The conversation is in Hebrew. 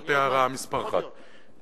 זאת הערה מספר אחת.